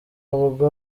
ubwo